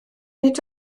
nid